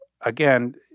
again